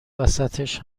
وسطش